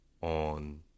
on